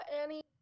Annie